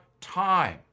time